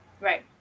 Right